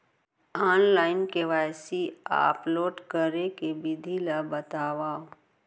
Online KYC upload करे के विधि ला बतावव?